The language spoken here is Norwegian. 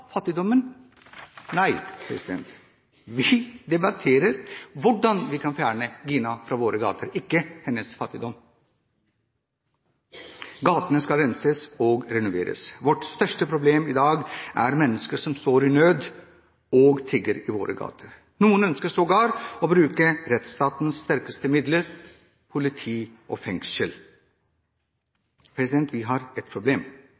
fattigdommen? Nei, vi debatterer hvordan vi kan fjerne Gina fra våre gater, ikke hennes fattigdom. Gatene skal renses og renoveres. Vårt største problem i dag er mennesker som står i nød og tigger i våre gater. Noen ønsker sågar å bruke rettsstatens sterkeste midler; politi og fengsel. Vi har et problem.